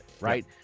right